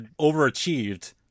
overachieved